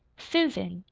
susan,